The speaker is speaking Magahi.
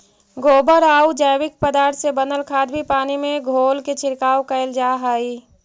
गोबरआउ जैविक पदार्थ से बनल खाद भी पानी में घोलके छिड़काव कैल जा हई